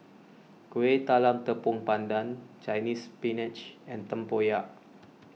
Kueh Talam Tepong Pandan Chinese Spinach and Tempoyak